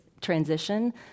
transition